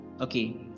okay